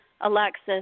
Alexis